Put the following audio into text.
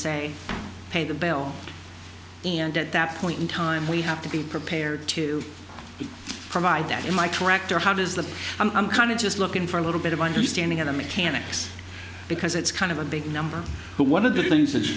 say pay the bill and at that point in time we have to be prepared to provide that in my correct or how does that i'm kind of just looking for a little bit of understanding of the mechanics because it's kind of a big number but one of the things